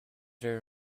her